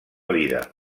vida